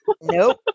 Nope